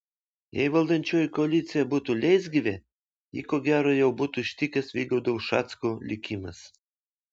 jei valdančioji koalicija būtų leisgyvė jį ko gero jau būtų ištikęs vygaudo ušacko likimas